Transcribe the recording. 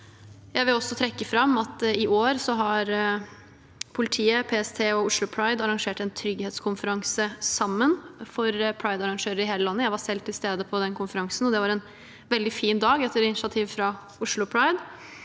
i år har politiet, PST og Oslo Pride arrangert en trygghetskonferanse sammen for pride-arrangører i hele landet. Jeg var selv til stede på den konferansen etter initiativ fra Oslo Pride,